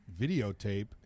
videotape